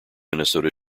minnesota